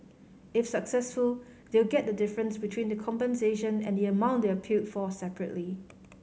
if successful they will get the difference between the compensation and the amount they appealed for separately